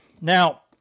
now